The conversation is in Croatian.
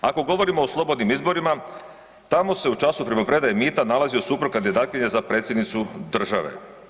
Ako govorimo o slobodnim izborima tamo se u času primopredaje mita nalazio suprug kandidatkinje za predsjednicu države.